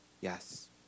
Yes